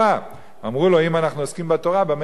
אמרו לו, אם אנחנו עוסקים בתורה, במה נתפרנס?